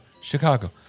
Chicago